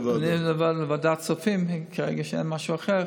לוועדת כספים, כשאין משהו אחר,